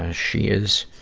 ah she is,